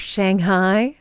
Shanghai